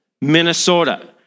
Minnesota